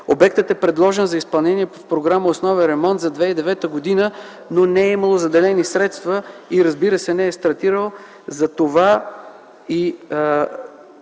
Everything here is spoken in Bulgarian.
Обектът е предложен за изпълнение по програма „Основен ремонт” за 2009 г., но не е имало заделени средства и разбира се не е стартирал. Затова и